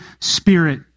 Spirit